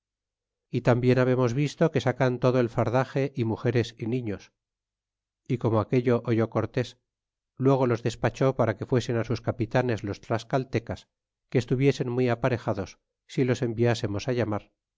e tambien habernos visto que sacan todo el fardaxe é mugeres é niños y como aquello oyó corles luego los despachó para que fuesen á sus capitanes los tlascaltecas que estuviesen muy aparejados si los enviasemos á llamar